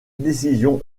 décision